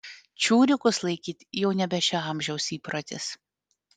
čiurikus laikyti jau nebe šio amžiaus įprotis